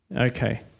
Okay